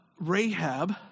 Rahab